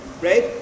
right